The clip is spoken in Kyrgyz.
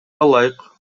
ылайык